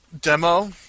Demo